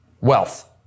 wealth